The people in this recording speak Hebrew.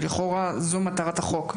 ולכאורה זו מטרת החוק,